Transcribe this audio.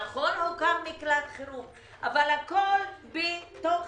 נכון, הוקם מקלט חירום, אבל הכול בתוך